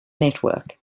network